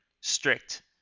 strict